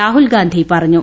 രാഹുൽ ഗാന്ധി പറഞ്ഞു